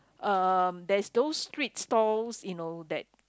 um there's those street stalls you know that